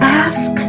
ask